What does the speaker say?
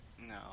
No